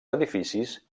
edificis